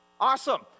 Awesome